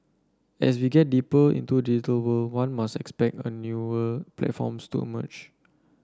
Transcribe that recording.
as we get deeper into digital world one must expect a newer platforms to emerge